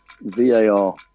VAR